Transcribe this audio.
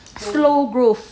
slow growth